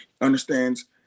understands